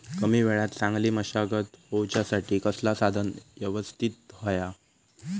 कमी वेळात चांगली मशागत होऊच्यासाठी कसला साधन यवस्तित होया?